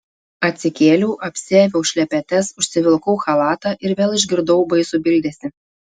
atsikėliau apsiaviau šlepetes užsivilkau chalatą ir vėl išgirdau baisų bildesį